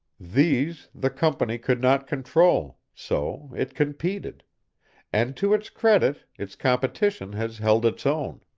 these the company could not control, so it competed and to its credit its competition has held its own.